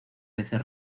veces